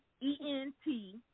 E-N-T